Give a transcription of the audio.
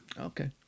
Okay